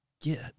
get